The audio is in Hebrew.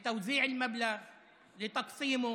אומר שאסור לחברת החשמל לנתק להם